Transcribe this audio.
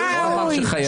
לא נאמר שיש חובה.